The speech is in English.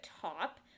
top